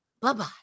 Bye-bye